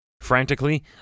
Frantically